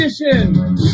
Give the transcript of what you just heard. edition